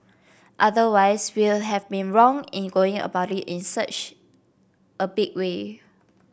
otherwise we will have been wrong in going about it in such a big way